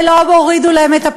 ולא הורידו להם את הפטורים.